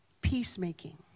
peacemaking